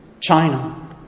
China